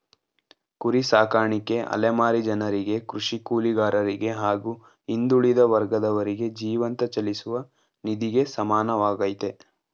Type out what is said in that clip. ಕುರಿ ಸಾಕಾಣಿಕೆ ಅಲೆಮಾರಿ ಜನರಿಗೆ ಕೃಷಿ ಕೂಲಿಗಾರರಿಗೆ ಹಾಗೂ ಹಿಂದುಳಿದ ವರ್ಗದವರಿಗೆ ಜೀವಂತ ಚಲಿಸುವ ನಿಧಿಗೆ ಸಮಾನವಾಗಯ್ತೆ